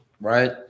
right